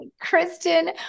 Kristen